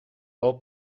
loopt